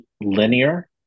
linear